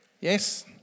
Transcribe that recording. Yes